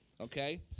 Okay